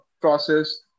process